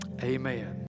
Amen